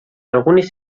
algunes